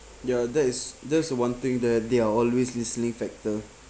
ya that is that's a one thing that they're always listening factor